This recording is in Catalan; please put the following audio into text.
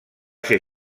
ser